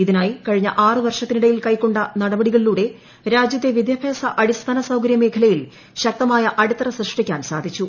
ഇതിനായി കഴിഞ്ഞ ആറു വർഷത്തിനിടയിൽ കൈക്കൊണ്ട നടപടികളിലൂടെ രാജൃത്തെ വിദ്യാഭ്യാസ അടിസ്ഥാനസൌകരൃ മേഖലയിൽ ശക്തമായ അടിത്തറ സൃഷ്ടിക്കാൻ സാധിച്ചു